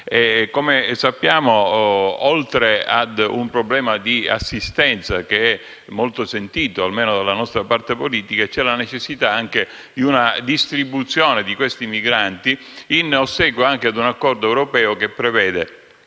Come sappiamo, oltre a un problema di assistenza molto sentito (almeno dalla nostra parte politica), c'è la necessità di una distribuzione di questi migranti anche in ossequio a un accordo europeo che prevede